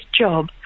job